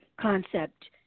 concept